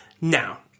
Now